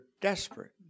desperate